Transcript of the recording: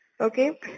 Okay